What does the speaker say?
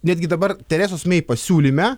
netgi dabar teresos mei pasiūlyme